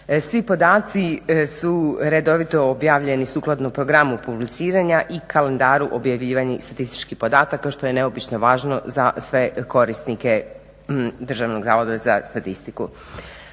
Svi podaci su redovito objavljeni sukladno programu publiciranja i kalendaru objavljivanja statističkih podataka što je neobično važno za sve korisnike Državnog zavoda za statistiku.